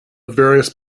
various